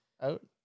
out